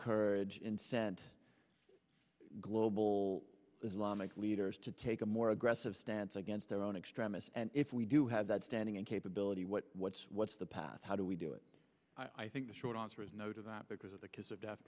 encourage in said global islamic leaders to take a more aggressive stance against their own extremists and if we do have that standing and capability what what's what's the path how do we do it i think the short answer is no to that because of the kiss of death